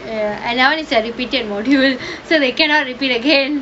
ya that [one] is repeated module so they cannot repeat again